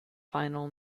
final